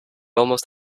almost